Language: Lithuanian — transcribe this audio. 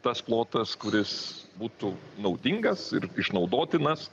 tas plotas kuris būtų naudingas ir išnaudotinas